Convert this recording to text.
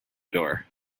door